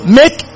make